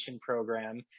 program